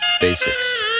Basics